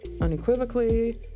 unequivocally